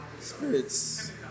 spirits